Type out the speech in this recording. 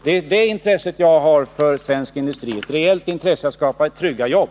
Det är det intresset jag har för svensk industri — ett reellt intresse att skapa trygga jobb.